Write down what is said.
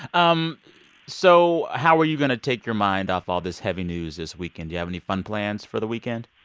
um so how are you going to take your mind off all this heavy news this weekend? do you have any fun plans for the weekend?